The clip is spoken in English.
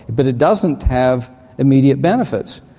but it doesn't have immediate benefits.